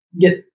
get